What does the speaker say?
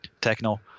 techno